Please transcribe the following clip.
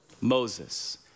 Moses